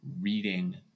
reading